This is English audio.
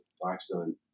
Blackstone